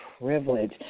privilege